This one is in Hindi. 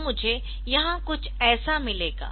तो मुझे यहाँ कुछ ऐसा मिलेगा